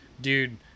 Dude